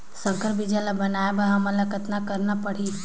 संकर बीजा ल बनाय बर हमन ल कतना करना परही?